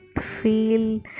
feel